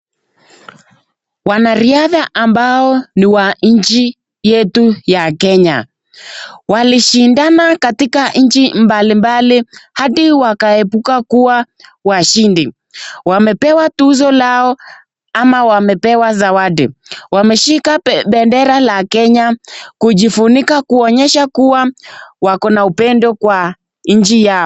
Wanariadha ambao ni wa nchi yetu ya Kenya walishindana katika nchi mbalimbali hadi wakaepuka kuwa washindi. Wamepewa tuzo lao ama wamepewa zawadi, wameshika bendera ya Kenya kujifunika kuonyesha kuwa wako upendo kwa nchi yao.